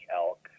elk